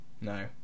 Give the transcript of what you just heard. No